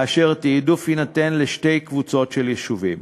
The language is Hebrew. והעדפה תינתן לשתי קבוצות של יישובים: